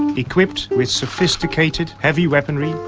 equipped with sophisticated heavy weaponry,